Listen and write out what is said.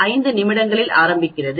5 நிமிடங்களில் ஆரம்பிக்கிறது